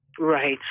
Right